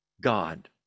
God